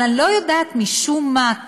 אבל אני לא יודעת משום מה,